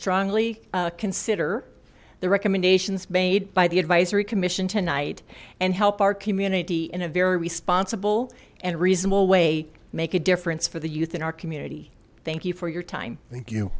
strongly consider the recommendations made by the advisory commission tonight and help our community in a very responsible and reasonable way make a difference for the youth in our community thank you for your time thank you